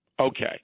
Okay